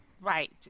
right